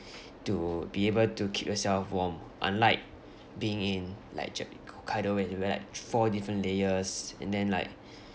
to be able to keep yourself warm unlike being in like j~ hokkaido where you wear like four different layers and then like